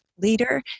leader